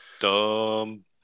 Dumb